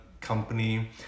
company